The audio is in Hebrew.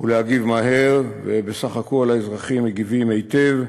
ולהגיב מהר, ובסך הכול האזרחים מגיבים היטב,